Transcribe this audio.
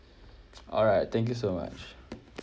alright thank you so much